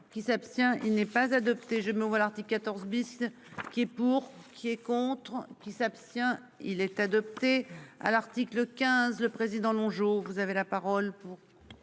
qui s'abstient. Il n'est pas adopté, je me vois l'article 14 bis qui est pour. Qui est contre qui s'abstient il est adopté à l'article 15, le président Longeau vous avez la parole